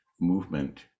movement